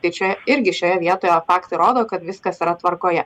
tai čia irgi šioje vietoje faktai rodo kad viskas yra tvarkoje